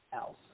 else